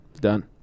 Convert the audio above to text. done